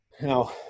now